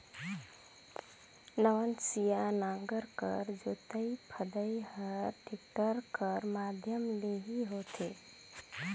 नवनसिया नांगर कर जोतई फदई हर टेक्टर कर माध्यम ले ही होथे